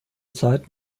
zeit